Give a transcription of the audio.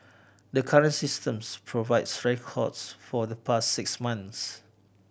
the current systems provides records for the past six months